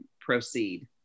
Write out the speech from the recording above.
proceed